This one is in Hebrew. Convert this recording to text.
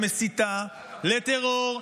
המסיתה לטרור,